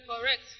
correct